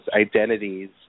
identities